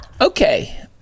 Okay